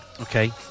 Okay